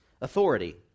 authority